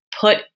put